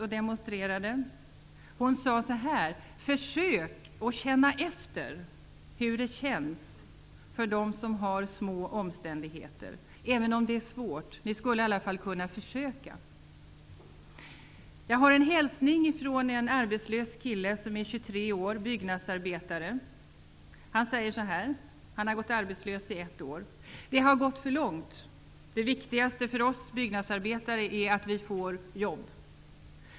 Hon säger: Försök att känna efter hur det känns för dem som har små omständigheter, även om det är svårt. Ni skulle i alla fall kunna försöka. Vidare har jag en hälsning från en 23-årig arbetslös kille, som är byggnadsarbetare men som har gått arbetslös i ett år. Han säger: Det har gått för långt. Det viktigaste för oss byggnadsarbetare är att vi får jobb.